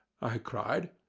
i cried,